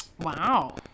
Wow